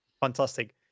Fantastic